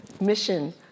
mission